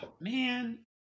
Man